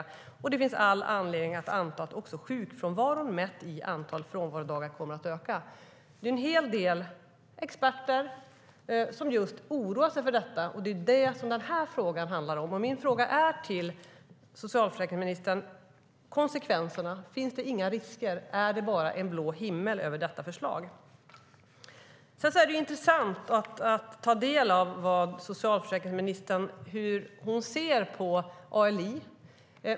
Det finns all anledning att anta att också sjukfrånvaron mätt i antal frånvarodagar kommer att öka. Det är en hel del experter som oroar sig för detta, och det är vad denna fråga handlar om. Min fråga till socialförsäkringsministern rör konsekvenserna. Finns det inga risker? Är det bara en blå himmel över detta förslag? Det är intressant att ta del av hur socialförsäkringsministern ser på ALI.